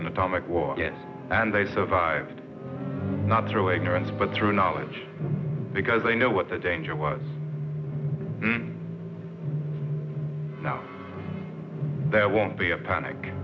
and atomic war and they survived not through ignorance but through knowledge because they know what the danger was there won't be a panic